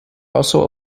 also